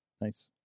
nice